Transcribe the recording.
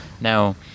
now